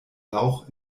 lauch